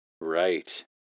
Right